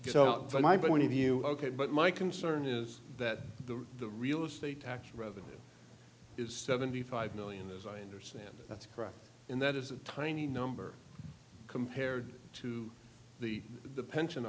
from my point of view ok but my concern is that the real estate tax revenue is seventy five million as i understand that's correct and that is a tiny number compared to the the pension